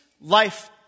life